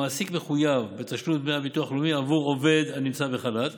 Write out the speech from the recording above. המעסיק מחויב בתשלום דמי הביטוח הלאומי עבור עובד הנמצא בחל"ת